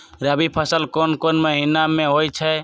रबी फसल कोंन कोंन महिना में होइ छइ?